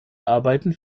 arbeiten